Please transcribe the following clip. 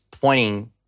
pointing